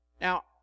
Now